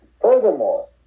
Furthermore